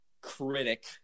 critic